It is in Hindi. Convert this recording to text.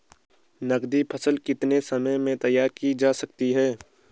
नगदी फसल कितने समय में तैयार की जा सकती है?